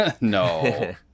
no